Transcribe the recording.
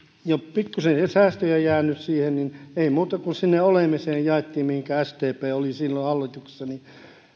pikkuisen säästöjä jäänyt siihen ei muuta kuin siihen olemiseen jaettiin sdp joka oli silloin hallituksessa